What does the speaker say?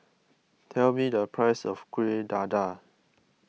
tell me the price of Kuih Dadar